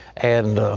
and